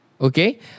Okay